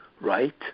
right